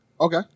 Okay